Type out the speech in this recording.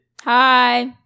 Hi